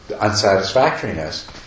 unsatisfactoriness